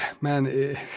Man